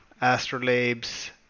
Astrolabes